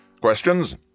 Questions